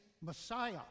Messiah